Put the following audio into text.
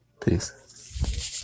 Peace